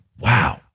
Wow